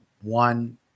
one